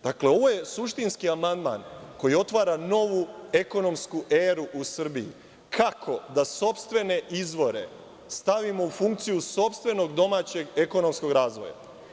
Dakle, ovo je suštinski amandman koji otvara novu ekonomsku eru u Srbiji, kako da sopstvene izvore stavimo u funkciju sopstvenog domaćeg ekonomskog razvoja?